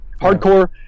hardcore